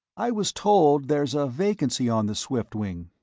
i was told there's a vacancy on the swiftwing.